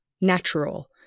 natural